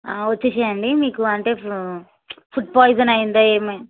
వచ్చేసేయండి మీకు అంటే ఫుడ్ పాయిజన్ అయిందా ఏమి